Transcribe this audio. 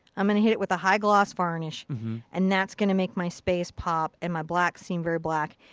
i'm gonna hit it with a high gloss varnish and that's gonna make my space pop and my black seem very black.